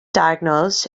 diagnosed